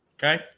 Okay